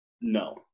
no